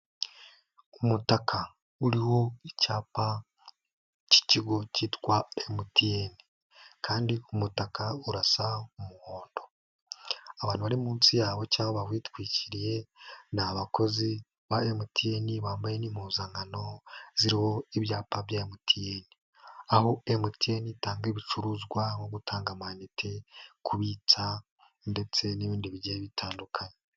Umutaka uriho icyapa k'ikigo kitwa MTN kandi umutaka urasa nk'umuhondo. Abantu bari munsi yawo cyangwa bawitwikiriye ni abakozi ba MTN. Bambaye n'impuzankano ziriho ibyapa bya MTN. Aho MTN itanga ibicuruzwa nko gutanga amainite, kubitsa ndetse n'ibindi bigiye bitandukanye.